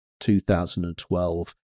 2012